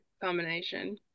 combination